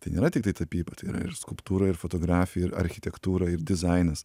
tai nėra tiktai tapyba tai yra ir skulptūra ir fotografija ir architektūra ir dizainas